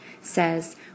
says